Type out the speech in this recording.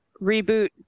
reboot